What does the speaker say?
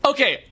Okay